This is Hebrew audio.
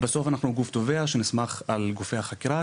בסוף אנחנו גוף תובע שנסמך על גופי החקירה,